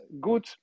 good